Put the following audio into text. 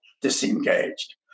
disengaged